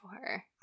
sure